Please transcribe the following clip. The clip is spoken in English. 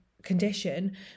condition